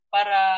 Para